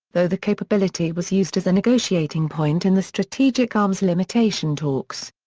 though the capability was used as a negotiating point in the strategic arms limitation talks.